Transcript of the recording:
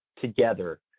together